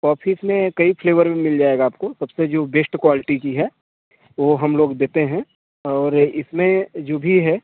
coffees में कई flavour में मिल जाएगा आपको सबसे जो बेस्ट क्वालिटी की है वो हम लोग देते हैं और इसमें जो भी है